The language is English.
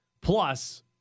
Plus